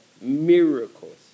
miracles